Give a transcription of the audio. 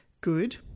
good